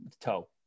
toe